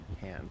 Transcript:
hand